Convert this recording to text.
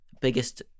biggest